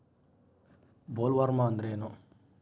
Bollworm ಅಂದ್ರೇನು?